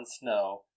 snow